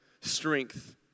strength